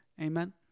amen